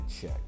check